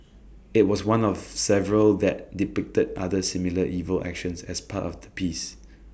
IT was one of several that depicted other similarly evil actions as part of the piece